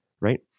right